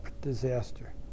disaster